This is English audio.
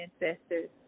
ancestors